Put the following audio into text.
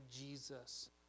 Jesus